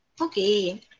Okay